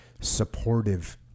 supportive